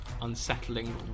unsettling